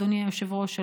אדוני היושב-ראש,